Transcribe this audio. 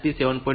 તેથી આ RST 7